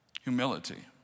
Humility